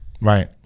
Right